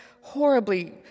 horribly